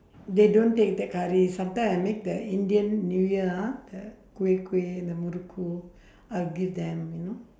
they don't take the curry sometimes I make the indian new year ah the kueh kueh the muruku I'll give them you know